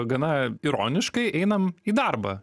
gana ironiškai einam į darbą